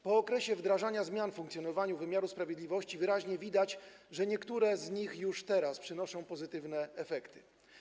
Po okresie wdrażania zmian w funkcjonowaniu wymiaru sprawiedliwości wyraźnie widać, że niektóre z nich już teraz przynoszą pozytywne efekty.